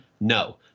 no